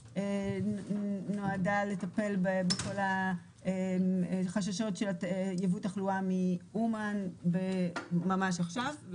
שנועדה לטפל בכול החששות של יבוא תחלואה מאומן ממש עכשיו.